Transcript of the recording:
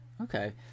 Okay